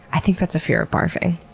i think that's a fear of barfing.